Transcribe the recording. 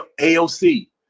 AOC